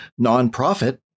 nonprofit